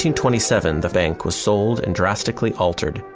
twenty seven, the bank was sold and drastically altered.